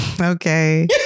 okay